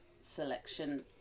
selection